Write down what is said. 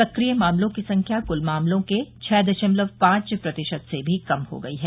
सक्रिय मामलों की संख्या कुल मामलों के छ दशमलव पांच प्रतिशत से भी कम हो गई है